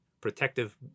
protective